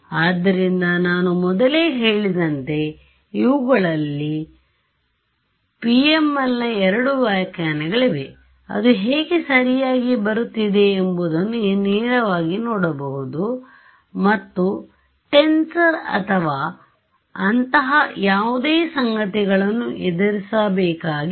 ಆದ್ದರಿಂದ ನಾನು ಮೊದಲೇ ಹೇಳಿದಂತೆ ಇವುಗಳು ಇಲ್ಲಿ PMLನ ಎರಡು ವ್ಯಾಖ್ಯಾನಗಳಾಗಿವೆ ಅದು ಹೇಗೆ ಸರಿಯಾಗಿ ಬರುತ್ತಿದೆ ಎಂಬುದನ್ನು ನೇರವಾಗಿ ನೋಡಬಹುದು ಮತ್ತು ಟೆನ್ಸರ್ ಅಥವಾ ಅಂತಹ ಯಾವುದೇ ಸಂಗತಿಗಳನ್ನು ಎದುರಿಸಬೇಕಾಗಿಲ್ಲ